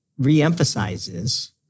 reemphasizes